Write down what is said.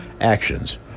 actions